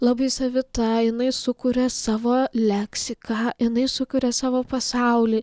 labai savita jinai sukuria savo leksiką jinai sukuria savo pasaulį